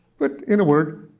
but, in a word,